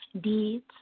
deeds